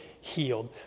healed